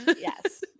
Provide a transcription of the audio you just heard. yes